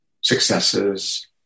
Successes